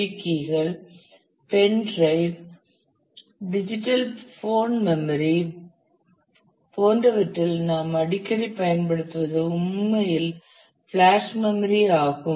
B கீகள் pen drive digital phone memory போன்றவற்றில் நாம் அடிக்கடி பயன்படுத்துவது உண்மையில் ஃபிளாஷ் மெம்மரி ஆகும்